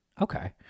Okay